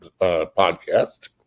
podcast